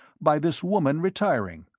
by this woman retiring.